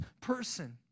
person